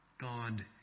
God